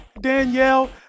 Danielle